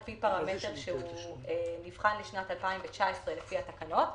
פי פרמטר שנבחן לשנת 2019 לפי התקנות.